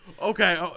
Okay